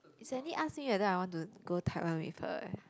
Sandy ask me if I want to go Taiwan with her eh